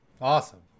Awesome